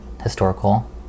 historical